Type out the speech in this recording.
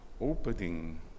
opening